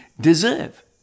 deserve